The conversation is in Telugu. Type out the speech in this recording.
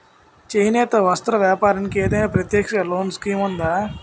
చేనేత వస్త్ర వ్యాపారానికి ఏదైనా ప్రత్యేక లోన్ స్కీం ఉందా?